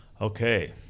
Okay